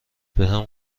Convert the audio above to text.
بهم